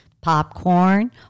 popcorn